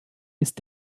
ist